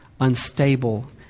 unstable